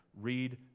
read